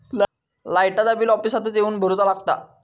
लाईटाचा बिल ऑफिसातच येवन भरुचा लागता?